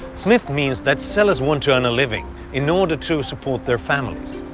smith means that sellers want to earn a living in order to support their families.